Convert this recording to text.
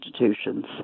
institutions